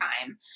time